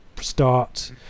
start